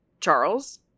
Charles